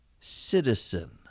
citizen